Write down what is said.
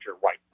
white